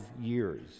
years